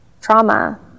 trauma